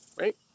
right